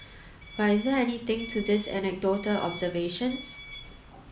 but is there anything to these anecdotal observations